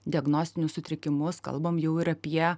diagnostinius sutrikimus kalbam jau ir apie